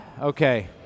Okay